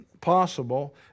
possible